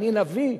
אני נביא?